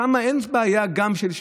שם אין גם בעיה של,